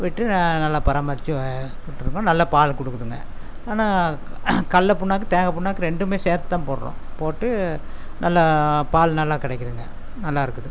விட்டு நல்லா பராமரித்து விட்டிருக்கோம் நல்லா பால் கொடுக்குதுங்க ஆனால் கடல புண்ணாக்கு தேங்காய் புண்ணாக்கு ரெண்டுமே சேர்த்து தான் போடுறோம் போட்டு நல்லா பால் நல்லா கிடைக்கிதுங்க நல்லா இருக்குது